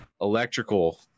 electrical